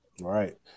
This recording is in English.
Right